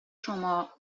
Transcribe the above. شما